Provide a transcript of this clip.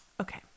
Okay